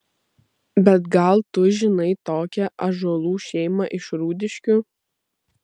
bet gal tu žinai tokią ąžuolų šeimą iš rūdiškių